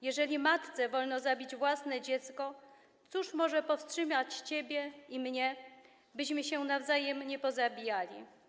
Jeżeli matce wolno zabić własne dziecko, cóż może powstrzymać ciebie i mnie, byśmy się nawzajem nie pozabijali.